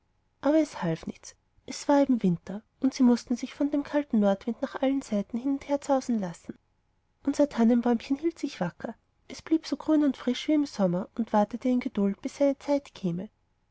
aber es half nichts es war eben winter und sie mußten sich von dem kalten nordwind nach allen seiten hin und her zausen lassen unser tannenbäumchen hielt sich wacker es blieb so grün und frisch wie im sommer und wartete in geduld bis seine zeit käme